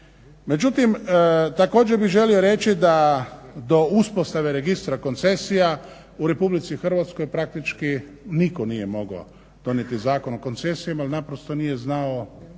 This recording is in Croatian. Međutim također bih želio reći da do uspostave registra koncesija u RH praktički nitko nije mogao donijeti Zakon o koncesijama jer naprosto nije znao